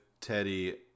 Teddy